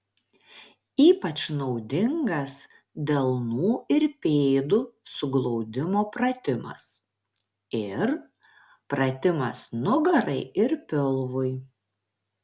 ypač naudingas delnų ir pėdų suglaudimo pratimas ir pratimas nugarai ir pilvui